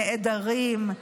נעדרים,